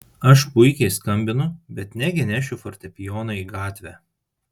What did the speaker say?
aš puikiai skambinu bet negi nešiu fortepijoną į gatvę